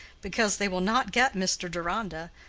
because they will not get mr. deronda.